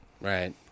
Right